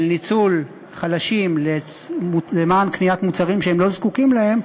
של ניצול חלשים למען קניית מוצרים שהם לא זקוקים להם,